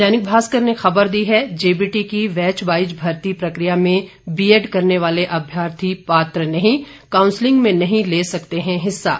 दैनिक भास्कर ने खबर दी है जेबीटी की बैचवाइज भर्ती प्रकिया में बीएड करने वाले अभ्यर्थी पात्र नहीं काउंसलिंग में नहीं ले सकते हैं हिस्सा